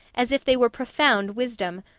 as if they were profound wisdom,